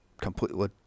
completely